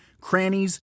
crannies